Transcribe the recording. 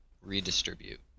Redistribute